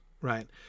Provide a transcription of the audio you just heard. right